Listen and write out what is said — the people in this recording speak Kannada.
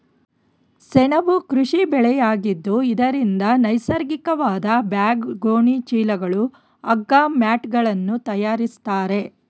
ಸೆಣಬು ಕೃಷಿ ಬೆಳೆಯಾಗಿದ್ದು ಇದರಿಂದ ನೈಸರ್ಗಿಕವಾದ ಬ್ಯಾಗ್, ಗೋಣಿ ಚೀಲಗಳು, ಹಗ್ಗ, ಮ್ಯಾಟ್ಗಳನ್ನು ತರಯಾರಿಸ್ತರೆ